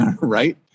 right